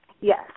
Yes